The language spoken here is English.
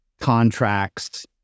contracts